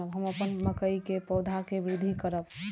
हम अपन मकई के पौधा के वृद्धि करब?